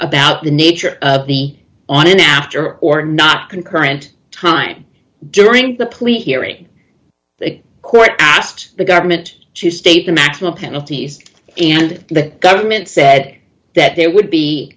about the nature of the on an after or not concurrent time during the police hearing the court asked the government to state the maximum penalties and the government said that there would be